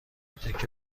تکه